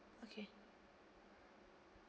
okay